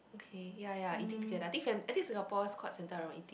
okay ya ya eating together I think I think Singapore's quite centre around eating